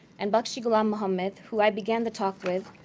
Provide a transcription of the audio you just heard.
and bakshi ghulam mohammad, who i began to talk with,